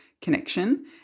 connection